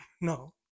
No